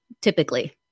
Typically